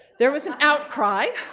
there was an outcry,